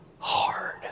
Hard